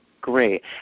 Great